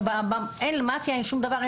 אין מתי"א ואין שום דבר.